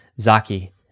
Zaki